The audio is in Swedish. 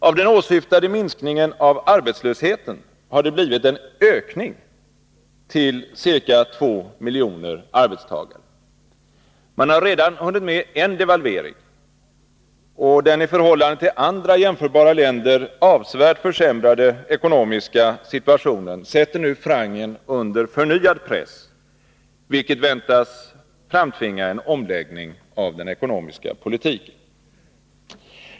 Av den åsyftade minskningen av arbetslösheten har det blivit en ökning till ca 2 miljoner arbetstagare. Man har redan hunnit med en devalvering, och den i förhållande till andra jämförbara länder avsevärt försämrade ekonomiska situationen sätter nu francen under förnyad press, vilket väntas framtvinga en omläggning av den ekonomiska politiken.